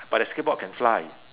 but the skateboard can fly